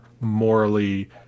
morally